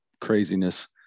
craziness